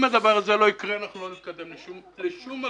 אם הדבר הזה לא יקרה אנחנו לא נתקדם לשום מקום,